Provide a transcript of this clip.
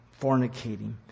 fornicating